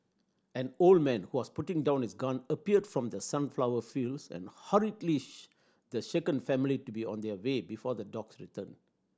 an old man who was putting down his gun appeared from the sunflower fields and hurriedly the shaken family to be on their way before the dogs return